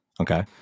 Okay